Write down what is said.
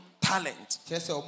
talent